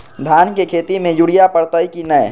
धान के खेती में यूरिया परतइ कि न?